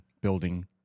Building